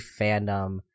fandom